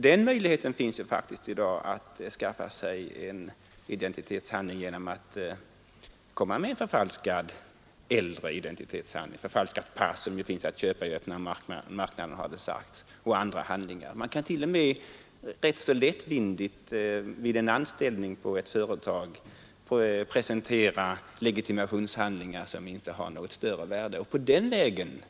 Det föreligger ju faktiskt i dag möjlighet att skaffa sig en identitetshandling genom att förete en förfalskad äldre identitetshandling, t.ex. ett förfalskat pass som enligt vad som uppgivits kan köpas på öppna marknaden. Man kan t.o.m. ganska lättvindigt komma över en identitetshandling genom att vid anställningen på ett företag presentera legitimationshandlingar som inte är tillförlitliga.